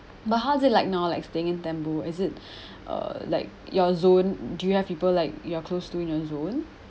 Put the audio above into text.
but how is it like now like staying in tembu is it uh like your zone do you have people like you are close to you in your zone